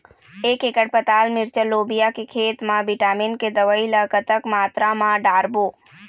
एक एकड़ पताल मिरचा लोबिया के खेत मा विटामिन के दवई ला कतक मात्रा म डारबो?